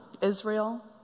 Israel